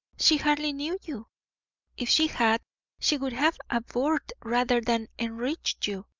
she hardly knew you if she had she would have abhorred rather than enriched you.